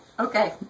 Okay